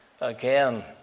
again